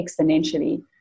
exponentially